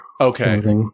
Okay